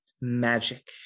magic